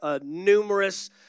numerous